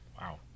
wow